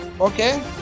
okay